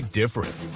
different